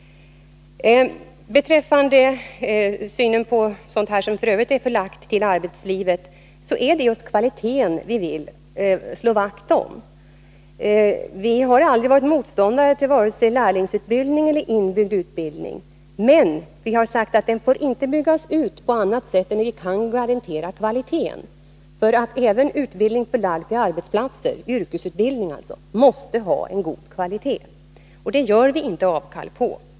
Beträffande synen på sådan verksamhet som är förlagd till arbetslivet vill jag säga att det just är kvaliteten som vi vill slå vakt om. Vi har aldrig varit motståndare till vare sig lärlingsutbildning eller inbyggd utbildning, men vi har sagt att den inte får byggas ut om vi inte kan garantera kvaliteten. Även utbildning förlagd till arbetsplatserna — yrkesutbildning — måste ha god kvalitet. Det gör vi inte avkall på.